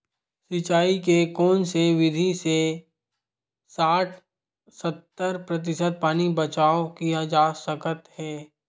सिंचाई के कोन से विधि से साठ सत्तर प्रतिशत पानी बचाव किया जा सकत हे?